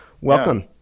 welcome